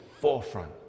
forefront